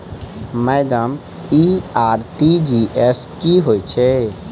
Madam इ RTGS की होइ छैय?